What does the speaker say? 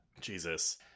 Jesus